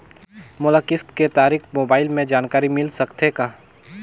मोला किस्त के तारिक मोबाइल मे जानकारी मिल सकथे का?